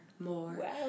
more